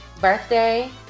birthday